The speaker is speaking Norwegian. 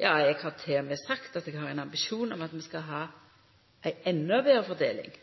Ja, eg har til og med sagt at eg har ein ambisjon om at vi skal ha ei enda betre fordeling